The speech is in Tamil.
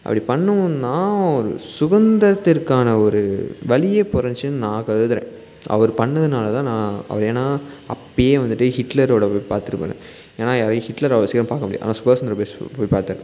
அப்படி பண்ணவும் தான் சுதந்தரத்திற்கான ஒரு வழியே பிறந்துச்சுனு நான் கருதுகிறேன் அவரு பண்ணதுனால தான் நான் அவரு ஏன்னா அப்போயே வந்துட்டு ஹிட்லரோட பார்த்துருப்பாங்க ஏன்னா யாரையும் ஹிட்லர் அவ்வளோ சீக்கிரம் பார்க்க முடியாது ஆனால் சுபாஷ் சந்திர போஸ் போயி பார்த்தாரு